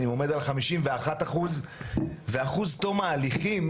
עומד על 51 אחוז ואחוז תום ההליכים,